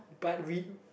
but we